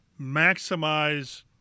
maximize